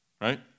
Right